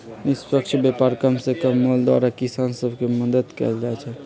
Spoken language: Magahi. निष्पक्ष व्यापार कम से कम मोल द्वारा किसान सभ के मदद कयल जाइ छै